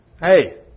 Hey